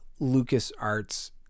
LucasArts